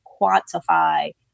quantify